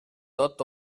tot